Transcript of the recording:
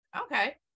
Okay